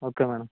okay madam